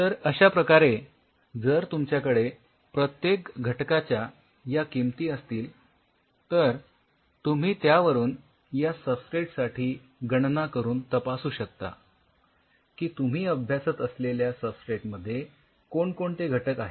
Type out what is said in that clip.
तर अश्याप्रकारे जर तुमच्याकडे प्रत्येक घटकाच्या या किमती असतील तर तुम्ही त्यावरून या सबस्ट्रेट साठी गणना करून तपासू शकता की तुम्ही अभ्यासत असलेल्या सबस्ट्रेट मध्ये कोणकोणते घटक आहेत